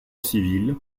civil